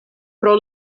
pro